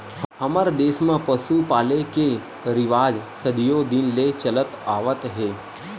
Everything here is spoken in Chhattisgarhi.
हमर देस म पसु पाले के रिवाज सदियो दिन ले चलत आवत हे